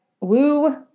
woo